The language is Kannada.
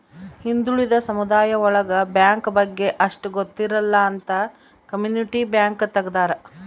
ಹಿಂದುಳಿದ ಸಮುದಾಯ ಒಳಗ ಬ್ಯಾಂಕ್ ಬಗ್ಗೆ ಅಷ್ಟ್ ಗೊತ್ತಿರಲ್ಲ ಅಂತ ಕಮ್ಯುನಿಟಿ ಬ್ಯಾಂಕ್ ತಗ್ದಾರ